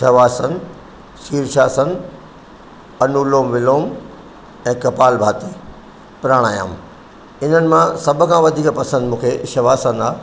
शवासन शीर्षासन अनुलोम विलोम ऐं कपाल भाती प्राणायाम हिननि मां सभ खां वधीक पसंदि मूंखे शवासन आहे